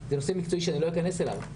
זה נושא מקצועי שלא אכנס אליו,